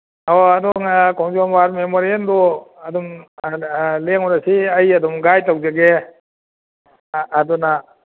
ꯑꯣ ꯑꯗꯨ ꯈꯣꯡꯖꯣꯝ ꯋꯥꯔ ꯃꯦꯃꯣꯔꯤꯌꯦꯜꯗꯣ ꯑꯗꯨꯝ ꯂꯦꯡꯉꯨꯔꯁꯤ ꯑꯩ ꯑꯗꯨꯝ ꯒꯥꯏꯠ ꯇꯧꯖꯒꯦ ꯑꯗꯨꯅ